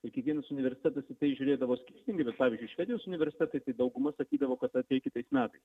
tai kiekvienas universitetas į tai žiūrėdavo skirtingai bet pavyzdžiui švedijos universitetai tai dauguma sakydavo kad ateik kitais metais